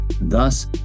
Thus